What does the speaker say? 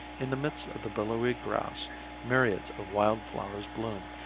in the midst of the billowy grass myriads of wild flowers bloom,